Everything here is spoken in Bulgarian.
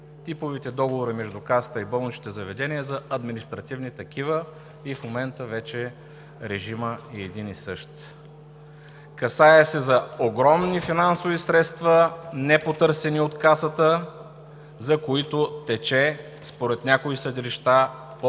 типовите договори между Касата и болничните заведения за административни такива и в момента вече режимът е един и същ. Касае се за огромни финансови средства, непотърсени от Касата, за които тече според някои съдилища